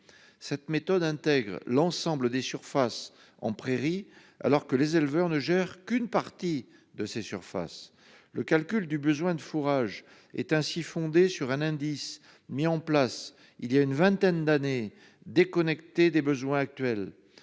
Cette méthode intègre l'ensemble des surfaces en prairie, alors les éleveurs n'en gèrent qu'une partie. Le calcul du besoin de fourrage est ainsi fondé sur un indice mis en place il y a une vingtaine d'années, déconnecté des besoins actuels.